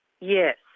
Yes